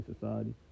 society